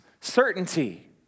certainty